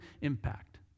impact